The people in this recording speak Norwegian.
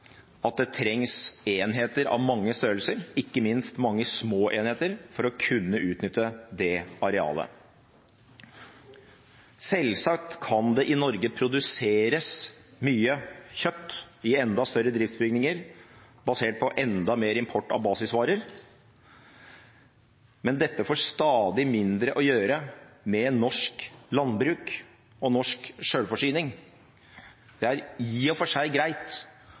at det trengs enheter av mange størrelser, ikke minst mange små enheter, for å kunne utnytte det arealet. Selvsagt kan det i Norge produseres mye kjøtt i enda større driftsbygninger basert på enda mer import av basisvarer. Men dette får stadig mindre å gjøre med norsk landbruk og norsk selvforsyning. Det er i og for seg greit